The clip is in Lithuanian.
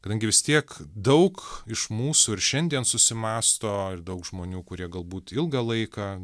kadangi vis tiek daug iš mūsų ir šiandien susimąsto ir daug žmonių kurie galbūt ilgą laiką